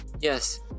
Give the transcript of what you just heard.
yes